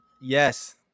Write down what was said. Yes